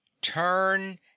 Turn